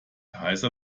heißer